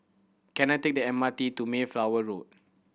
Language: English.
can I take the M R T to Mayflower Road